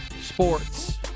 sports